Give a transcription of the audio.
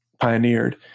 pioneered